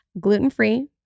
Gluten-free